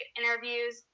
interviews